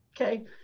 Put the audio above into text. Okay